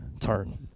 turn